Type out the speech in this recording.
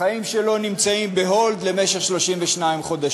החיים שלו נמצאים ב"הולד" במשך 32 חודשים.